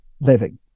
living